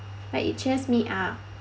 but it cheers me up